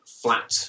flat